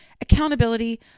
accountability